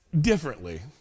differently